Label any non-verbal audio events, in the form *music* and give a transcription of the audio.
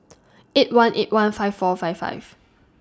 *noise* eight one eight one five four five five